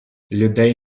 людей